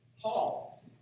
Paul